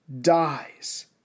dies